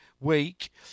week